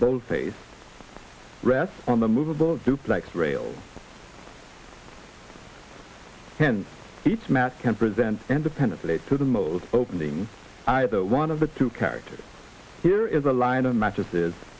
both face rests on the movable duplex rails in each mat can present independent plate to the mode opening either one of the two characters here is a line of mattresses